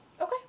Okay